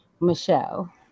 Michelle